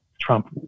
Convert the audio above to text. Trump